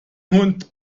hund